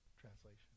translation